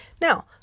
Now